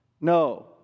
No